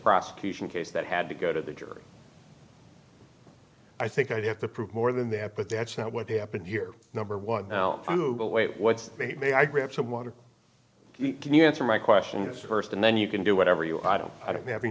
prosecution case that had to go to the jury i think i'd have to prove more than that but that's not what happened here number one now the way it was made may i grab some water can you answer my question is first and then you can do whatever you i don't i don't have any